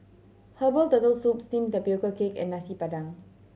herbal Turtle Soup steamed tapioca cake and Nasi Padang